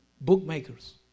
Bookmakers